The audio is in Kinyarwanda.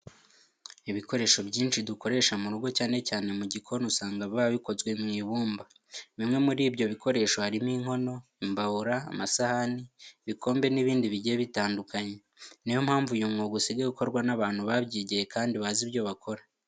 Ibikoresho byinshi dukoresha mu rugo cyane cyane mu gikoni usanga biba bikozwe mu ibumba. Bimwe muri ibyo bikoresho harimo inkono, imbabura, amasahani, ibikombe n'ibindi bigiye bitandukanye. Niyo mpamvu uyu mwuga usigaye ukorwa n'abantu babyigiye kandi bazi ibyo bakora.